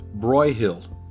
Broyhill